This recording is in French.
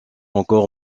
encore